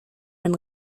been